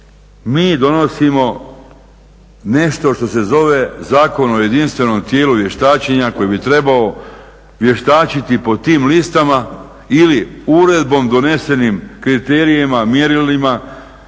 mi donosimo nešto što se zove Zakon o jedinstvenom tijelu vještačenja koji bi trebao vještačiti po tim listama ili uredbom donesenim kriterijima, mjerilima